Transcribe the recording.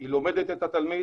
היא לומדת את התלמיד,